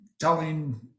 telling